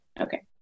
okay